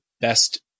best